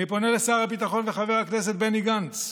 אני פונה לשר הביטחון חבר הכנסת בני גנץ: